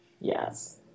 Yes